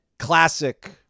classic